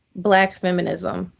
black feminism.